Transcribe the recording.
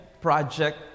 project